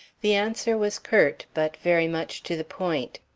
the answer was curt, but very much to the point.